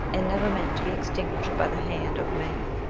and never meant to be extinguished by the hand of man.